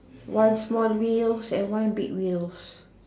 one small wheel and one big wheels